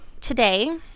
today